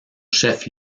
chef